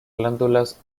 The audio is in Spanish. glándulas